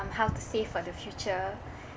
how to save for the future